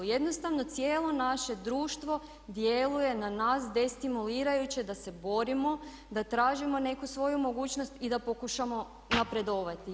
Jednostavno cijelo naše društvo djeluje na nas destimulirajuće da se borimo, da tražimo neku svoju mogućnost i da pokušamo napredovati.